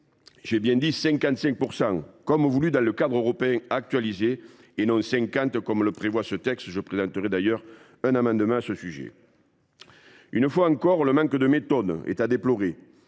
était de 55 %, comme l’a fixé le cadre européen actualisé, et non de 50 %, comme le prévoit ce texte. Je présenterai d’ailleurs un amendement à ce sujet. Une fois encore, le manque de méthode est à déplorer.